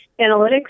analytics